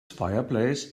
fireplace